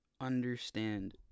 understand